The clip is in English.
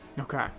Okay